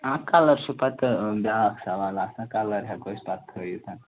آ کَلَر چھُ پَتہٕ بیٛاکھ سَوال آسان کَلَر ہٮ۪کو أسۍ پَتہٕ تھٲوِتھ